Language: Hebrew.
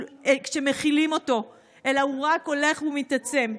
כשמכילים אותו אלא הוא רק הולך ומתעצם.